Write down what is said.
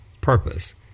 purpose